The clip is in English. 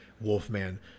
Wolfman